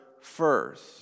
first